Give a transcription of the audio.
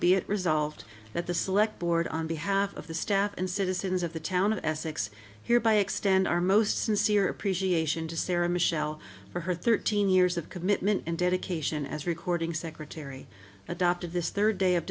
it resolved that the select board on behalf of the staff and citizens of the town of essex here by extend our most sincere appreciation to sarah michelle for her thirteen years of commitment and dedication as recording secretary adopted this third day of